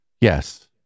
Yes